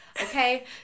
okay